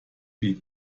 wie